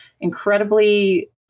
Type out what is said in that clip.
incredibly